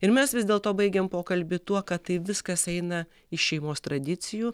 ir mes vis dėlto baigėm pokalbį tuo kad tai viskas eina iš šeimos tradicijų